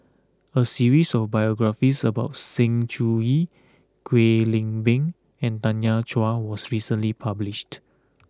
a series of biographies about Sng Choon Yee Kwek Leng Beng and Tanya Chua was recently published